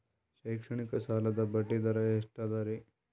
ಶೈಕ್ಷಣಿಕ ಸಾಲದ ಬಡ್ಡಿ ದರ ಎಷ್ಟು ಅದರಿ?